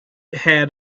had